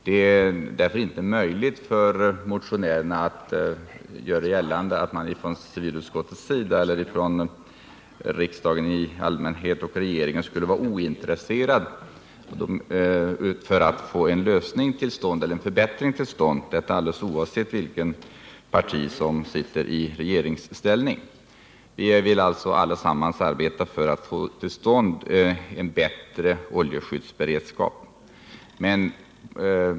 Det är därför inte möjligt för motionärerna att göra gällande att man från civilutskottets sida, från riksdagen i allmänhet och från regeringen skulle vara ointresserad av att få till stånd en lösning eller förbättring. Detta gäller oavsett vilket parti som sitter i regeringsställning. Vi vill alla arbeta för att få till stånd en bättre oljeskyddsberedskap.